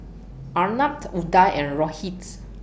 Arnab Udai and Rohits